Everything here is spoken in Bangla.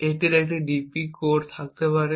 এটির একটি ডিএসপি কোর থাকতে পারে